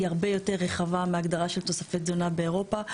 הרבה יותר רחבה מהגדרה של תוספי תזונה באירופה.